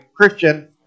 Christian